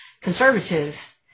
conservative